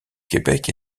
québec